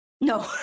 No